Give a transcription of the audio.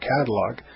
catalog